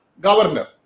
governor